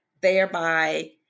thereby